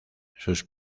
sus